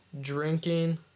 drinking